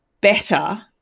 better